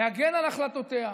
להגן על החלטותיה,